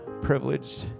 privileged